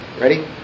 Ready